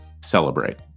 celebrate